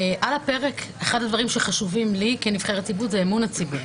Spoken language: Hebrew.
על הפרק אחד הדברים שחשובים לי כנבחרת ציבור וזה אמון הציבור.